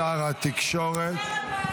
חלום שלנו,